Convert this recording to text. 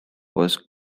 was